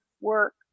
work